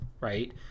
right